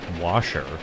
washer